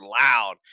loud